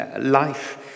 life